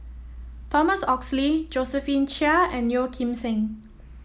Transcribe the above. Thomas Oxley Josephine Chia and Yeo Kim Seng